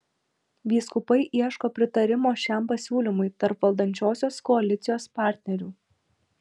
vyskupai ieško pritarimo šiam pasiūlymui tarp valdančiosios koalicijos partnerių